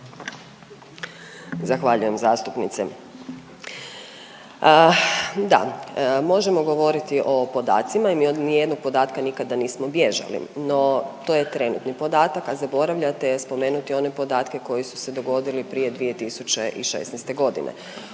Zahvaljujem zastupnice. Da, možemo govoriti o podacima. Mi od ni jednog podatka nikada nismo bježali, no to je trenutni podatak, a zaboravljate spomenuti one podatke koji su se dogodili prije 2016. godine.